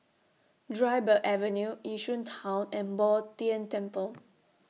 Dryburgh Avenue Yishun Town and Bo Tien Temple